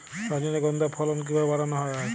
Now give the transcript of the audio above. রজনীগন্ধা ফলন কিভাবে বাড়ানো যায়?